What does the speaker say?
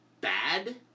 bad